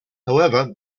however